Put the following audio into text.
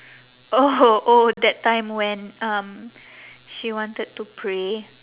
oh oh that time when um she wanted to pray